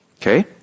Okay